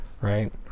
right